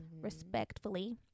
respectfully